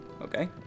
Okay